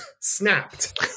snapped